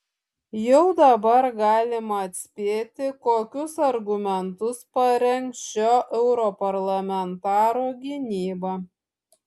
jau dabar galima atspėti kokius argumentus parengs šio europarlamentaro gynyba